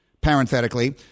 parenthetically